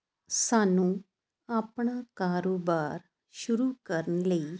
ਸਾਨੂੰ ਆਪਣਾ ਕਾਰੋਬਾਰ ਸ਼ੁਰੂ ਕਰਨ ਲਈ